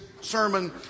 sermon